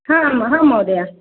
आम् हाम् महोदय